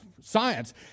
science